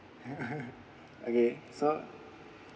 okay so